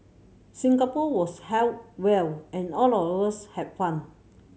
Singapore was held well and all of us have fun